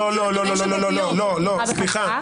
לא, סליחה.